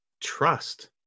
trust